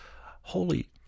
Holy